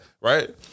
right